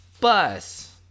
bus